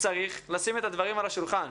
צריך לשים את הדברים על השולחן.